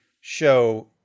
show